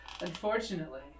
Unfortunately